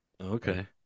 Okay